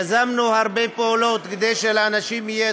יזמנו הרבה פעולות כדי שלאנשים יהיה